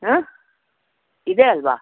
ಹಾಂ ಇದೆ ಅಲ್ವಾ